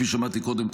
כפי שאמרתי קודם,